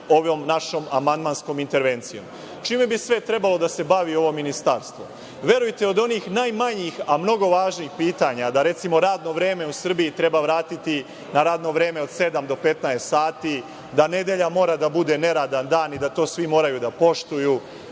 ovom našom amandmanskom intervencijom. Čime bi sve trebalo da se bavi ovo ministarstvo? Verujte, od onih najmanjih, a mnogo važnih pitanja, da recimo radno vreme u Srbiji treba vratiti na radno vreme od 07.00 do 15.00 sati, da nedelja mora da bude neradan dan i da to svi moraju da poštuju,